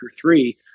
three